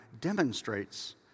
demonstrates